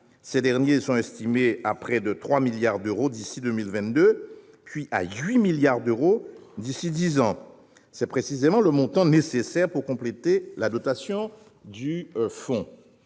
Ces derniers sont estimés à près de 3 milliards d'euros d'ici à 2022, puis à 8 milliards d'euros d'ici à dix ans. C'est précisément le montant nécessaire pour compléter la dotation du fonds.